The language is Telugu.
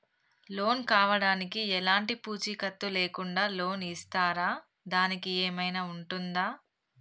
లోన్ కావడానికి ఎలాంటి పూచీకత్తు లేకుండా లోన్ ఇస్తారా దానికి ఏమైనా ఉంటుందా?